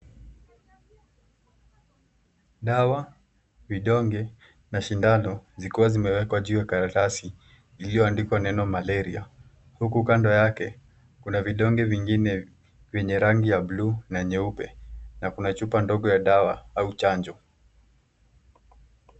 Dawa, vidonge na sindano zikiwa zimewekwa juu ya karatasi iliyoandikwa neno Malaria huku kando yake kuna vidonge vingine vyenye rangi ya bluu na nyeupe na kuna chupa ndogo ya dawa au chanjo.